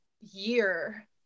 year